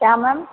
क्या मैम